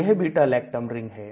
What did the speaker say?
यह Beta lactam ring है